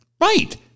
Right